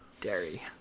Dairy